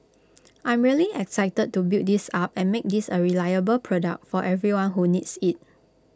I'm really excited to build this up and make this A reliable product for everyone who needs IT